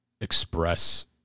express